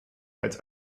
als